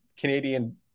Canadian